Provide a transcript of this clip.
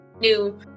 new